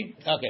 Okay